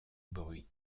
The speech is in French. bruit